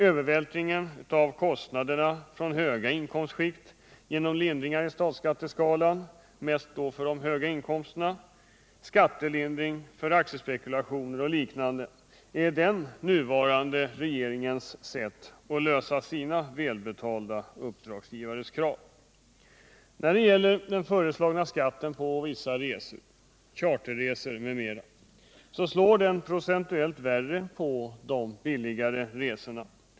Övervältringen av kostnaderna från höga inkomstskikt, genom lindringar i statsskatteskalan — mest för höga inkomster —, skattelindring för aktiespekulationer och liknande är den nuvarande regeringens sätt att tillmötesgå sina välbetalda uppdragsgivares krav. Den föreslagna skatten på vissa resor, charterresor m.m., slår procentuellt värre på de billigare resorna.